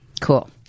Cool